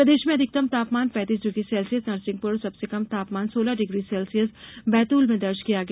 प्रदेश में अधिकतम तापमान पैतीस डिग्री सेल्सियस नरसिंहपुर और सबसे कम तापमान सोलह डिग्री सेल्सियस बैतुल में दर्ज किया गया